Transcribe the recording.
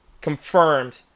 Confirmed